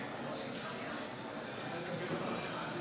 הצבעה אלקטרונית.